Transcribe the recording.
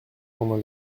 pendant